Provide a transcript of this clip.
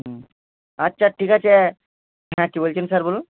হুম আচ্ছা ঠিক আছে হ্যাঁ কি বলছেন স্যার বলুন